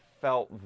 felt